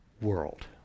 world